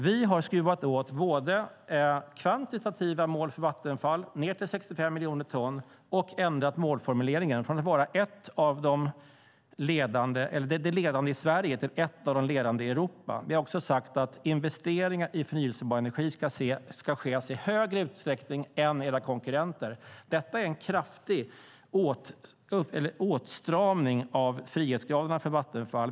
Vi har både skruvat åt de kvantitativa målen för Vattenfall - utsläppen ska ned till 65 miljoner ton - och ändrat målformuleringen från att vara det ledande i Sverige till att vara ett av de ledande i Europa. Vi har också sagt att Vattenfalls investeringar i förnybar energi ska ske i större utsträckning än deras konkurrenters. Detta är en kraftig åtstramning av frihetsgraden för Vattenfall.